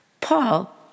Paul